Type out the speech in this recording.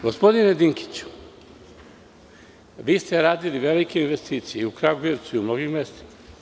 Gospodine Dinkiću, vi ste radili velike investicije, i u Kragujevcu i u mnogim mestima.